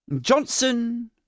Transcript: Johnson